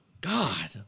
God